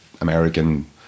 American